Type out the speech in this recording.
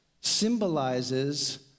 symbolizes